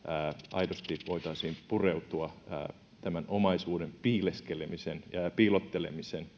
aidosti voitaisiin pureutua omaisuuden piileskelemisen ja ja piilottelemisen